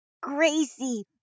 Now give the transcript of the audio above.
Gracie